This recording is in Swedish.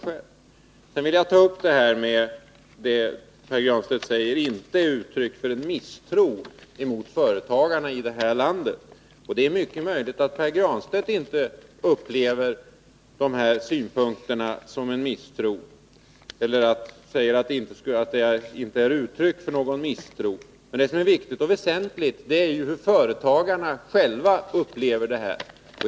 Sedan vill jag ta upp vad Pär Granstedt säger om att förslaget i den här delen inte är uttryck för misstro mot företagarna i landet. Det är möjligt att Pär Granstedt inte upplever synpunkterna som uttryck för misstro, men det som är viktigt och väsentligt är hur företagarna själva upplever det hela.